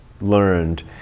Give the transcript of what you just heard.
learned